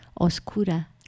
oscura